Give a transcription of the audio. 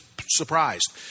surprised